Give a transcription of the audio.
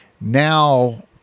Now